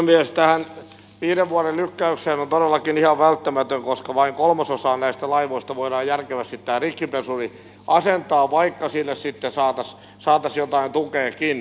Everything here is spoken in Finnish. tämä viiden vuoden lykkäys on todellakin ihan välttämätön koska vain kolmasosaan näistä laivoista voidaan järkevästi tämä rikkipesuri asentaa vaikka sille sitten saataisiin jotain tukeakin